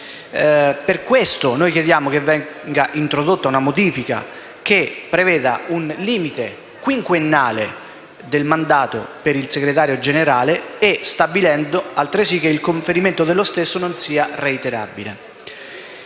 Per questo chiediamo che venga introdotta una modifica che preveda un limite quinquennale del mandato per il Segretario Generale, stabilendo altresì che il conferimento dello stesso non sia reiterabile.